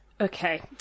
Okay